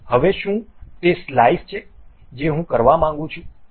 હવે શું તે સ્લાઈસ છે જે હું કરવા માંગું છું